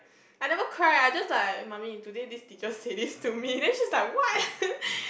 I never cry I just like mummy today this teacher say this to me then she's like what